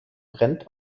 brennt